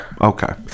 Okay